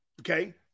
Okay